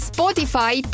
Spotify